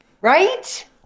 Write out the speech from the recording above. right